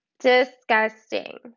Disgusting